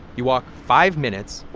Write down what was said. you walk five minutes,